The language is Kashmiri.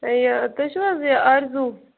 یہِ تُہۍ چھُو حظ آرِزوٗ